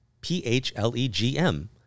P-H-L-E-G-M